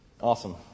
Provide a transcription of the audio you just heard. Awesome